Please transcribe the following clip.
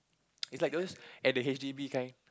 is like those at the h_d_b kind